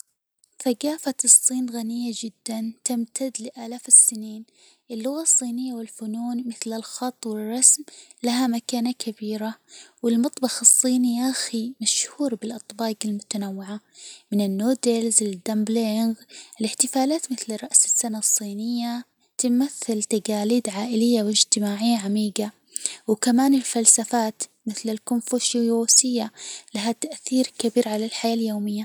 ثجافة الصين غنية جدًا تمتد لآلاف السنين، اللغة الصينية، والفنون مثل الخط والرسم لها مكانة كبيرة، والمطبخ الصيني يا أخي مشهور بالأطباج المتنوعة من النودلز للدامبلينغ، والاحتفالات مثل رأس السنة الصينية تمثل تجاليد عائلية واجتماعية عميجة، وكمان الفلسفات مثل الكونفوشوسية لها تأثير كبير على الحياة اليومية.